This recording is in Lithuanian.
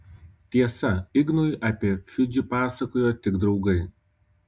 tiesa ignui apie fidžį pasakojo tik draugai